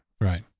Right